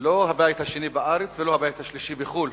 לא הבית השני בארץ ולא הבית השלישי בחו"ל.